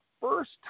first